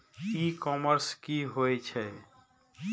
ई commerce की होय छेय?